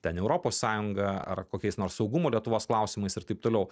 ten europos sąjungą ar kokiais nors saugumo lietuvos klausimais ir taip toliau